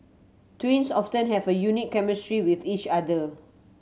twins often have a unique chemistry with each other